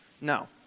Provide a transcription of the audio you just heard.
No